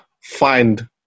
find